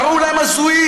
קראו להם "הזויים".